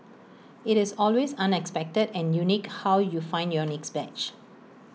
IT is always unexpected and unique how you find your next badge